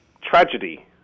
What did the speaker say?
Tragedy